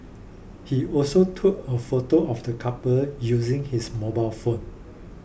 he also took a photo of the couple using his mobile phone